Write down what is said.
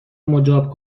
مجاب